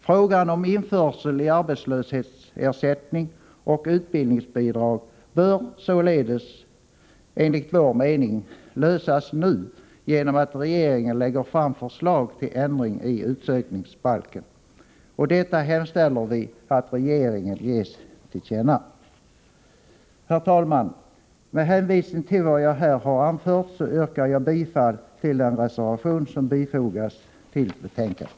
Frågan om införsel i arbetslöshetsersättning och utbildningsbidrag bör således enligt vår mening lösas nu genom att regeringen lägger fram förslag till ändring i utsökningsbalken. Detta hemställer vi att regeringen ges till känna. Herr talman! Med hänvisning till vad jag här har anfört yrkar jag bifall till den reservation som fogats till betänkandet.